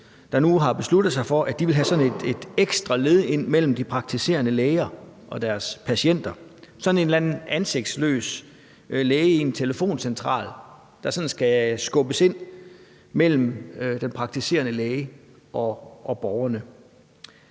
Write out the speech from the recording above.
nu har besluttet sig for, at de vil have sådan et ekstra led ind mellem de praktiserende læger og deres patienter, sådan en eller anden ansigtsløs læge i en telefoncentral, der sådan skal skubbes ind mellem den praktiserende læge og borgerne.